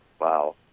Wow